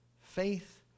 Faith